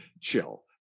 Chill